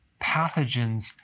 pathogens